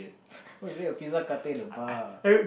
why is there a pizza cutter at the bar